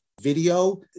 video